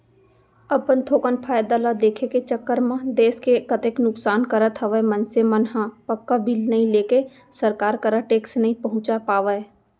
अपन थोकन फायदा ल देखे के चक्कर म देस के कतेक नुकसान करत हवय मनसे मन ह पक्का बिल नइ लेके सरकार करा टेक्स नइ पहुंचा पावय